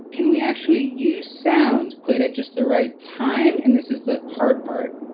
can we actually use sound played at just the right time, and this is the hard part,